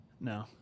No